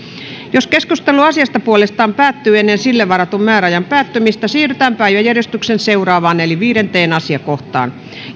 jos keskustelu asiasta puolestaan päättyy ennen sille varatun määräajan päättymistä siirrytään päiväjärjestyksen seuraavaan eli viidenteen asiakohtaan